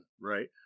right